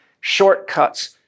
shortcuts